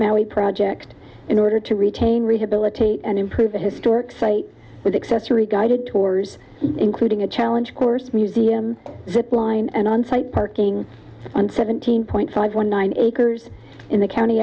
mary project in order to retain rehabilitate and improve the historic site with accessory guided tours including a challenge course museum zip line and on site parking and seventeen point five one nine acres in the county